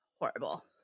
Horrible